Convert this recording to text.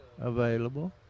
available